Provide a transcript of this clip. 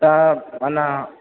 त अञा